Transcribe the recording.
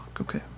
Okay